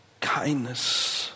Kindness